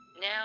Now